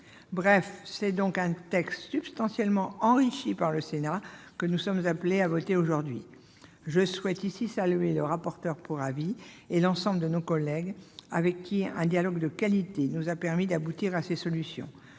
Bref, c'est sur un texte substantiellement enrichi par le Sénat que nous sommes appelés à voter aujourd'hui. Je souhaite saluer le rapporteur pour avis et l'ensemble de nos collègues, avec qui un dialogue de qualité nous a permis d'aboutir à ces solutions.